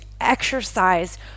exercise